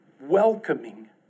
welcoming